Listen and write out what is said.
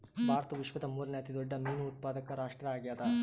ಭಾರತವು ವಿಶ್ವದ ಮೂರನೇ ಅತಿ ದೊಡ್ಡ ಮೇನು ಉತ್ಪಾದಕ ರಾಷ್ಟ್ರ ಆಗ್ಯದ